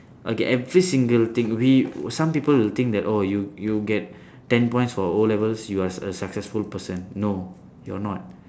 okay every single thing we some people will think that oh you you get ten points for O-levels you are a successful person no you are not